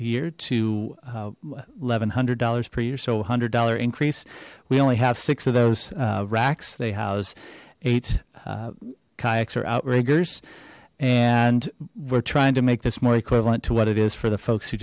a year to eleven hundred dollars per year so one hundred dollars increase we only have six of those racks they house eight kayaks or outriggers and we're trying to make this more equivalent to what it is for the folks who